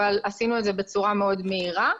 אבל עשינו את זה בצורה מאוד מהירה.